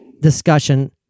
discussion